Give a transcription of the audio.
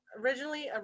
originally